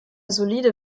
solide